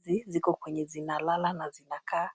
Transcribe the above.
Mbuzi ziko kwenye zinalala na zinakaa